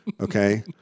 okay